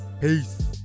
Peace